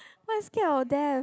why scared of death